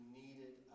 needed